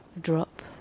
drop